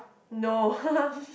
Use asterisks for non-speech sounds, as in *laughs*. no *laughs*